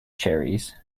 cherries